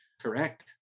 Correct